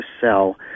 sell